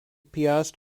piast